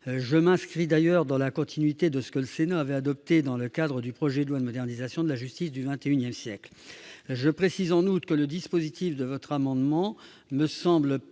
Je m'inscris d'ailleurs dans la continuité de ce que le Sénat avait adopté dans le cadre du projet de loi de modernisation de la justice du XXI siècle. Je précise en outre que le dispositif proposé dans cet amendement ne me semble pas